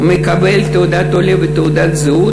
הוא מקבל תעודת עולה ותעודת זהות,